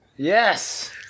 Yes